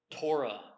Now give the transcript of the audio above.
Torah